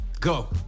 go